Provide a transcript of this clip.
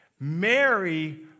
Mary